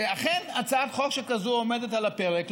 שאכן הצעת חוק שכזו עומדת על הפרק,